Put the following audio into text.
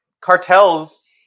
cartels